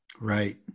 Right